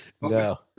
no